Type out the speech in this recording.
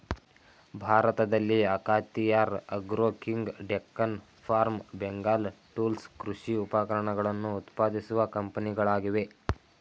ಭಾರತದಲ್ಲಿ Akhatiyar agro king, Deccan farm, Bengal tools ಕೃಷಿ ಉಪಕರಣಗಳನ್ನು ಉತ್ಪಾದಿಸುವ ಕಂಪನಿಗಳಾಗಿವೆ